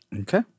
Okay